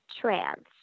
trans